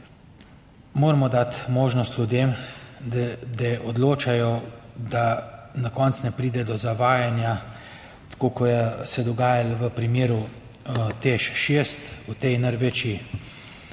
moramo dati možnost ljudem, da odločajo, da na koncu ne pride do zavajanja, tako, kot se je dogajalo v primeru TEŠ 6, v tej največji